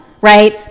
right